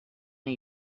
new